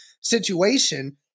situation